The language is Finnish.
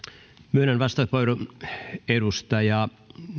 myönnän vastauspuheenvuoron edustaja